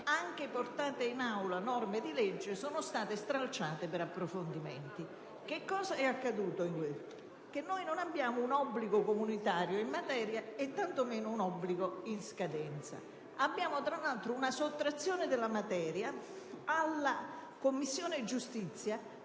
anche in Aula, disposizioni legislative sono state stralciate per approfondimenti. Che cosa è accaduto? Non abbiamo un obbligo comunitario in materia e tanto meno un obbligo in scadenza. Abbiamo, tra l'altro, una sottrazione della materia alla Commissione giustizia,